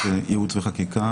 בבקשה.